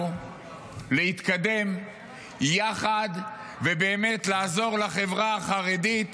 להתקדם יחד ובאמת לעזור לחברה החרדית,